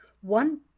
One